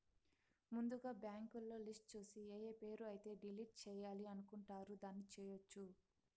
ముందుగా బ్యాంకులో లిస్టు చూసి ఏఏ పేరు అయితే డిలీట్ చేయాలి అనుకుంటారు దాన్ని చేయొచ్చు